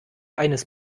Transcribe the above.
eines